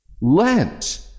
Lent